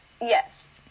yes